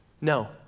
No